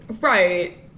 Right